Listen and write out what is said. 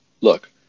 look